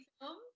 film